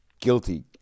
guilty